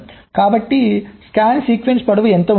కాబట్టి scan sequence పొడవు ఎంత ఉండాలి